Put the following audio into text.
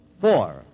Four